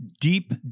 deep